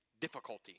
difficulty